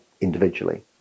individually